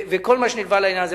וכל מה שנלווה לעניין הזה.